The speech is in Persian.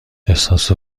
احساس